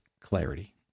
clarity